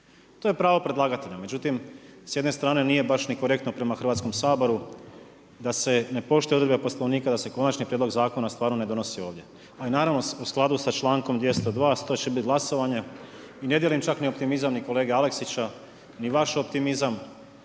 To je pravo predlagatelja. Međutim, s jedne strane nije baš ni korektno prema Hrvatskom saboru da se ne poštuju odredbe Poslovnika da se konačni prijedlog zakona stvarno ne donosi ovdje, a naravno u skladu sa člankom 202. to će bit glasovanje i ne dijelim čak ni optimizam ni kolege Aleksića ni vaš optimizam.